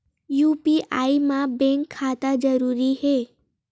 UPI मा bank खाता जरूरी हे?